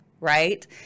right